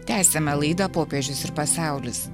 tęsiame laidą popiežius ir pasaulis